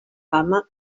fama